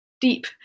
deep